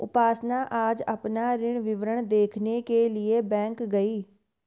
उपासना आज अपना ऋण विवरण देखने के लिए बैंक गई